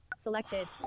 selected